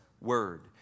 word